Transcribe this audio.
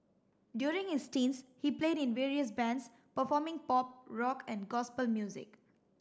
during his teens he played in various bands performing pop rock and gospel music